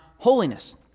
holiness